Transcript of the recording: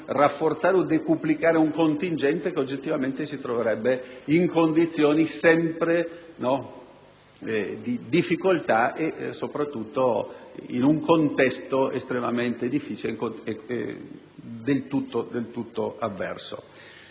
rafforzare o decuplicare un contingente che si troverebbe sempre in condizioni di difficoltà, soprattutto in un contesto estremamente difficile e del tutto avverso.